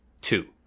Two